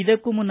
ಇದಕ್ಕೂ ಮುನ್ನ